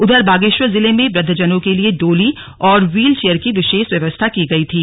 उधर बागेश्वर जिले में वृद्वजनों के लिए डोली और व्हीलचेयर की विशेष व्यवस्था की गई थी